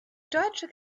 deutsche